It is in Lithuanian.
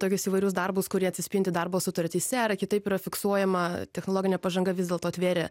tokius įvairius darbus kurie atsispindi darbo sutartyse ar kitaip yra fiksuojama technologinė pažanga vis dėlto atvėrė